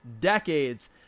decades